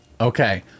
Okay